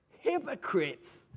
Hypocrites